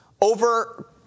over